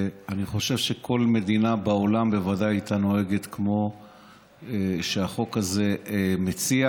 אני חושב שכל מדינה בעולם בוודאי הייתה נוהגת כמו שהחוק הזה מציע.